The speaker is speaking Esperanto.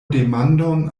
demandon